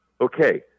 Okay